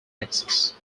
texas